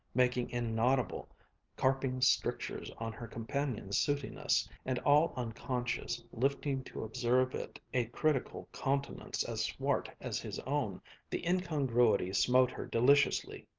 making inaudible carping strictures on her companion's sootiness and, all unconscious, lifting to observe it a critical countenance as swart as his own the incongruity smote her deliciously,